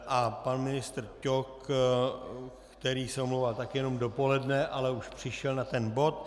A pan ministr Ťok, který se omlouval taky jenom dopoledne, ale už přišel na ten bod.